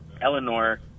Eleanor